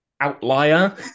outlier